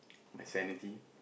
my sanity